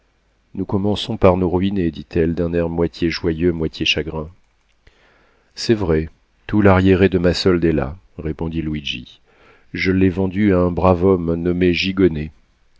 nous commençons par nous ruiner dit-elle d'un air moitié joyeux moitié chagrin c'est vrai tout l'arriéré de ma solde est là répondit luigi je l'ai vendu à un brave homme nommé